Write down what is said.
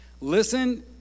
Listen